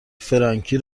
فرانکی